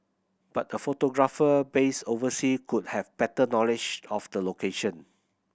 but a photographer based oversea could have better knowledge of the location